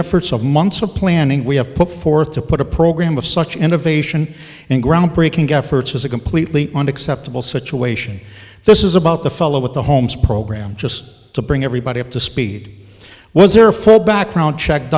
efforts of months of planning we have put forth to put a program of such innovation in groundbreaking efforts was a completely unacceptable situation this is about the fellow with the homes program just to bring everybody up to speed was there for a background check